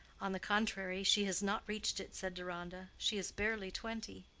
on the contrary, she has not reached it, said deronda. she is barely twenty.